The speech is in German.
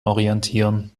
orientieren